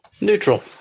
Neutral